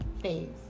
phase